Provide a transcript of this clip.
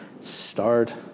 Start